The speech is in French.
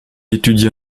étudia